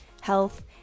health